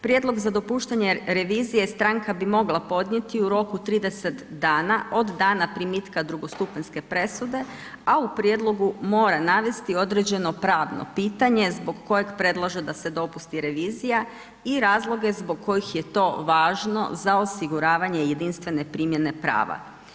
Prijedlog za dopuštanje revizije stranka bi mogla podnijeti u roku 30 dana od dana primitka drugostupanjske presude, a u prijedlogu mora navesti određeno pravno pitanje zbog kojeg predlaže da se dopusti revizija i razloge zbog kojih je to važno za osiguravanje jedinstvene primjene prava.